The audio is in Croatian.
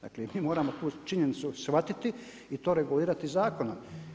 Dakle, mi moramo tu činjenicu shvatiti i to regulirati zakonom.